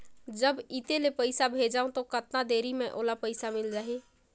जब इत्ते ले पइसा भेजवं तो कतना देरी मे ओला पइसा मिल जाही?